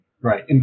Right